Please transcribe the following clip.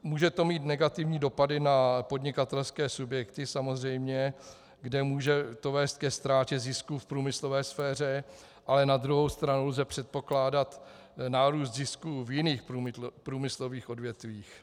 Může to mít negativní dopady na podnikatelské subjekty, samozřejmě, kde to může vést ke ztrátě zisků v průmyslové sféře, ale na druhou stranu lze předpokládat nárůst zisků v jiných průmyslových odvětvích.